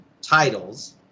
titles